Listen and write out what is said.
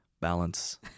balance